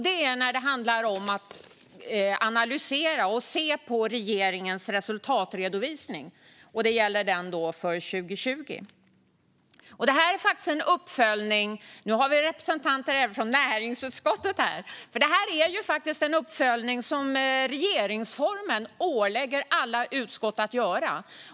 Det är när det handlar om att analysera och se på regeringens resultatredovisning, vilket gäller redovisningen för 2020. Nu har vi även representanter från näringsutskottet i kammaren, och det här är faktiskt en uppföljning som regeringsformen ålägger alla utskott att göra.